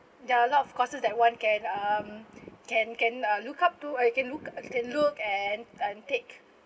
there are a lot of courses that [one] can um can can uh look up to uh can look can look and and take